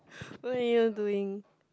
what you all doing